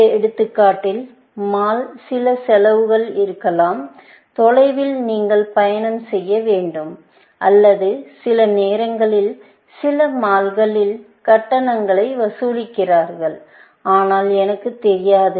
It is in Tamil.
இந்த எடுத்துக்காட்டில் மாலுடன் சில செலவுகள் இருக்கலாம் தொலைவில் நீங்கள் பயணம் செய்ய வேண்டும் அல்லது சில நேரங்களில் சில மால்களில் கட்டணங்களை வசூலிக்கிறார்கள் ஆனால் எனக்குத் தெரியாது